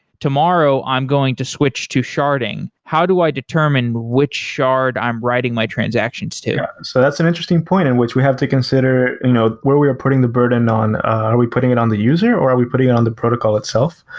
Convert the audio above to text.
tomorrow i'm going to switch to sharding. how do i determine which shard i'm writing my transactions to? yeah. so that's an interesting point, in which we have to consider you know where we are putting the burden on. are we putting it on the user or are we putting it on the protocol itself?